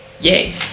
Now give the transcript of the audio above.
Yay